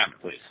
please